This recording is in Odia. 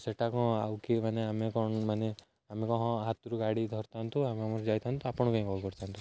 ସେଟା କ'ଣ ଆଉ କିଏ ମାନେ ଆମେ କ'ଣ ମାନେ ଆମେ କ'ଣ ହାତରୁ ଗାଡ଼ି ଧରିଥାନ୍ତୁ ଆମେ ଆମର ଯାଇଥାନ୍ତୁ ଆପଣ କାଇଁ କଲ୍ କରିଥାନ୍ତୁ